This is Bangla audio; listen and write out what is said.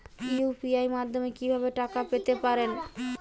ইউ.পি.আই মাধ্যমে কি ভাবে টাকা পেতে পারেন?